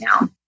now